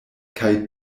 kaj